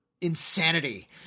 insanity